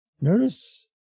Notice